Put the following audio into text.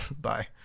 Bye